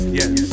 yes